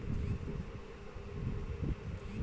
आयुष्मान भारत योजना क लाभ हमके मिल सकत ह कि ना?